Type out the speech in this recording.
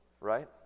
right